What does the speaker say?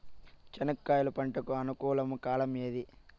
చెనక్కాయలు పంట కు అనుకూలమా కాలం ఏది?